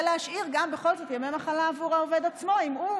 להשאיר בכל זאת ימי מחלה גם בעבור העובד עצמו אם הוא,